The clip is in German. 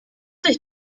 sich